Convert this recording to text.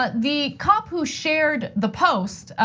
but the cop who shared the post,